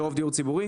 ברוב דיור ציבורי.